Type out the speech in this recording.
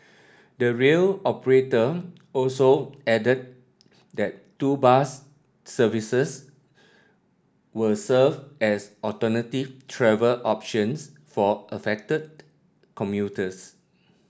the rail operator also added that two bus services will serve as alternative travel options for affected commuters